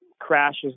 crashes